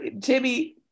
Timmy